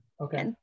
okay